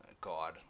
God